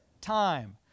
time